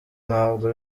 ntabwo